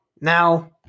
Now